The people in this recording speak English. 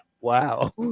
wow